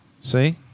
See